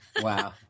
Wow